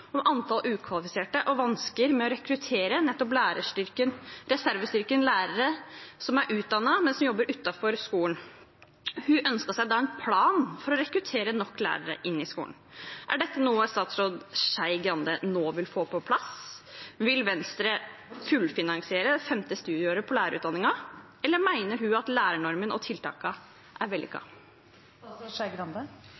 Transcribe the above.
antall ukvalifiserte lærere og vansker med å rekruttere reservestyrken lærere som er utdannet, men som jobber utenfor skolen. Hun ønsket seg da en plan for å rekruttere nok lærere til skolen. Er dette noe statsråd Skei Grande nå vil få på plass? Vil Venstre fullfinansiere det femte studieåret på lærerutdanningen, eller mener hun at lærernormen og tiltakene er